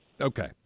Okay